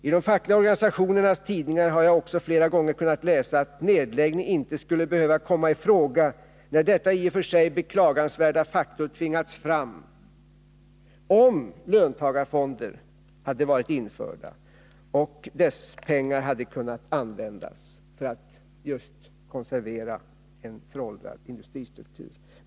I de fackliga organisationernas tidningar har jag också flera gånger kunnat läsa att nedläggning inte skulle behöva komma i fråga, när detta i och för sig beklagansvärda faktum skulle ha tvingats fram, om löntagarfonder hade varit införda och dess pengar hade kunnat användas just för att konservera en föråldrad industristruktur.